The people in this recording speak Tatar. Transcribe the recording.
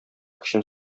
көчен